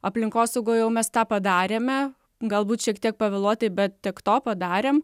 aplinkosaugoj jau mes tą padarėme galbūt šiek tiek pavėluotai bet tiek to padarėm